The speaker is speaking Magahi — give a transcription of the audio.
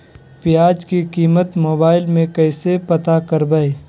प्याज की कीमत मोबाइल में कैसे पता करबै?